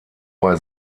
bei